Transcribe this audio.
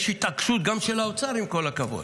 יש התעקשות גם של האוצר: עם כל הכבוד,